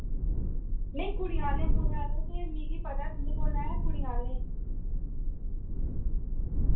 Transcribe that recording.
नेईं कुड़ियें आह्ले मुड़ें आह्ले ते मिगी पता ऐ तुं'दे कोल ऐ कुड़ियें आह्ले